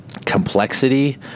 complexity